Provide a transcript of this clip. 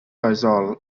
faisal